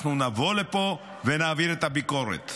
אנחנו נבוא לפה ונעביר את הביקורת.